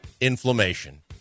Inflammation